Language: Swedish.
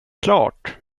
klart